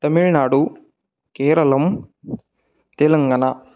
तमिळ्नाडु केरलं तेलङ्गाण